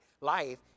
life